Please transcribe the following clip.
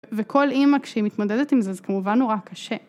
וכל אימא כשהיא מתמודדת עם זה, זה כמובן נורא קשה.